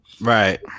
Right